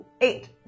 Eight